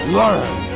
learn